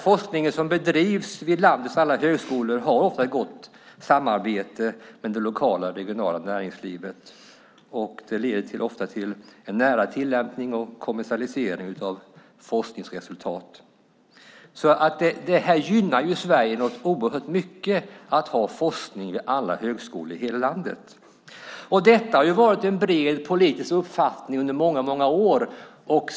Forskningen som bedrivs vid landets alla högskolor har ofta ett gott samarbete med det lokala och regionala näringslivet och leder ofta till en nära tillämpning och kommersialisering av forskningsresultat. Det gynnar alltså Sverige oerhört mycket att ha forskning vid alla högskolor i hela landet, och detta har varit en bred politisk uppfattning i många år.